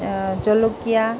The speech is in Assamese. জলকীয়া